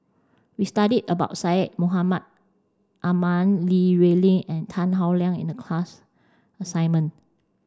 we studied about Syed Mohamed Ahmed Li Rulin and Tan Howe Liang in the class assignment